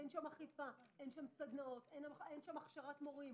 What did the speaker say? אין שם אכיפה, אין שם סדנאות, אין שם הכשרת מורים.